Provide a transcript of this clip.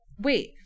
wait